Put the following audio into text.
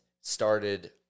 started